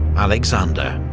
alexander.